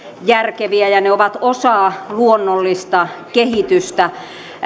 järkeviä ja ne ovat osa luonnollista kehitystä